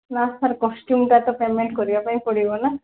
ନାଁ ସାର୍ କଷ୍ଟ୍ୟୁମଟା ତ ପେମେଣ୍ଟ୍ କରିବା ପାଇଁ ପଡ଼ିବ ନା